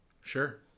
sure